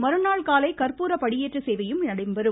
மறுநாள் காலை கற்பூர படியேற்ற சேவையும் இடம்பெறும்